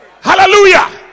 Hallelujah